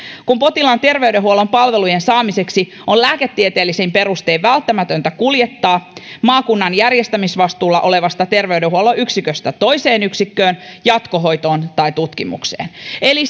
kun terveydenhuollon palvelujen saamiseksi potilas on lääketieteellisin perustein välttämätöntä kuljettaa maakunnan järjestämisvastuulla olevasta terveydenhuollon yksiköstä toiseen yksikköön jatkohoitoon tai tutkimukseen eli